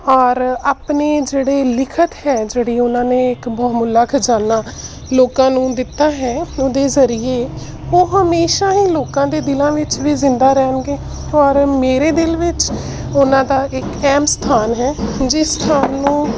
ਔਰ ਆਪਣੇ ਜਿਹੜੇ ਲਿਖਤ ਹੈ ਜਿਹੜੀ ਉਹਨਾਂ ਨੇ ਇੱਕ ਬਹੁਮੁੱਲਾ ਖਜ਼ਾਨਾ ਲੋਕਾਂ ਨੂੰ ਦਿੱਤਾ ਹੈ ਉਹਦੇ ਜ਼ਰੀਏ ਉਹ ਹਮੇਸ਼ਾ ਹੀ ਲੋਕਾਂ ਦੇ ਦਿਲਾਂ ਵਿੱਚ ਵੀ ਜ਼ਿੰਦਾ ਰਹਿਣਗੇ ਔਰ ਮੇਰੇ ਦਿਲ ਵਿੱਚ ਉਹਨਾਂ ਦਾ ਇੱਕ ਅਹਿਮ ਸਥਾਨ ਹੈ ਜਿਸ ਸਥਾਨ ਨੂੰ